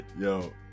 yo